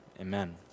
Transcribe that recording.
amen